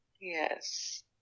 Yes